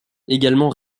également